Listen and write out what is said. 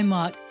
Mark